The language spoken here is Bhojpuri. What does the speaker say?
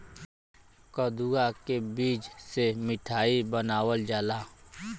कदुआ के बीज से मिठाई बनावल जाला